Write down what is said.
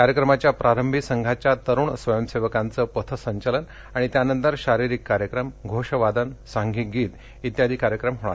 कार्यक्रमाच्या प्रारंभी संघाच्या तरुण स्वयंसेवकांचे पथसंचलन आणि त्यानंतर शारीरिक कार्यक्रम घोषवादन सांघिक गीत इत्यादी कार्यक्रम होणार आहेत